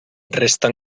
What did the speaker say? resta